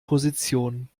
position